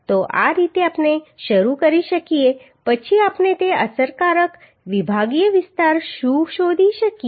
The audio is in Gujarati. તો આ રીતે આપણે શરૂ કરી શકીએ પછી આપણે તે અસરકારક વિભાગીય વિસ્તાર શું શોધી શકીએ